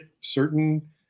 certain